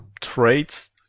traits